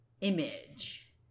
image